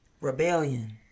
Rebellion